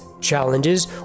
challenges